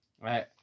Right